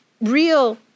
real